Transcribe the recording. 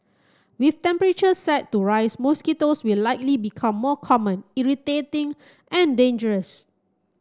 with temperatures set to rise mosquitoes will likely become more common irritating and dangerous